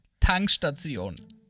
Tankstation